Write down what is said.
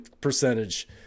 percentage